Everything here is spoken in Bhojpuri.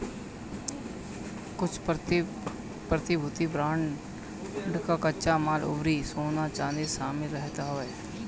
कुछ प्रतिभूति में बांड कच्चा माल अउरी सोना चांदी शामिल रहत हवे